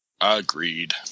Agreed